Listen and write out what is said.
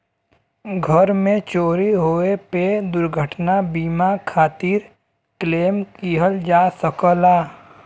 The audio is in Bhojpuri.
घर में चोरी होये पे दुर्घटना बीमा खातिर क्लेम किहल जा सकला